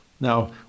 Now